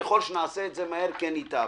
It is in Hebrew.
וככל שנעשה את זה מהר כן ייטב.